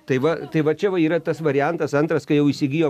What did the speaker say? tai va tai va čia va yra tas variantas antras kai jau įsigijo